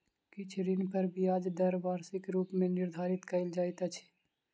किछ ऋण पर ब्याज दर वार्षिक रूप मे निर्धारित कयल जाइत अछि